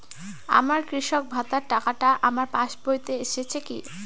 আমার কৃষক ভাতার টাকাটা আমার পাসবইতে এসেছে কি?